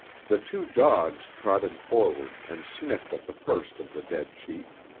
the two dogs trotted forward and sniffed at the first of the dead sheep.